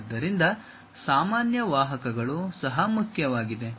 ಆದ್ದರಿಂದ ಸಾಮಾನ್ಯ ವಾಹಕಗಳು ಸಹ ಮುಖ್ಯವಾಗಿದೆ